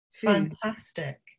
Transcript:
Fantastic